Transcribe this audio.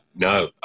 no